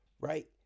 right